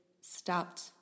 stopped